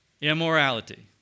Immorality